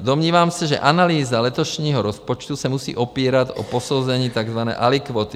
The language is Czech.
Domnívám se, že analýza letošního rozpočtu se musí opírat o posouzení takzvané alikvóty.